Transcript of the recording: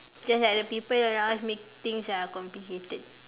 just that the people around make things uh complicated